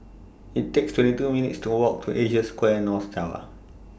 It's takes twenty two minutes' Walk to Asia Square North Tower